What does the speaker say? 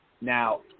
Now